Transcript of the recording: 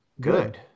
good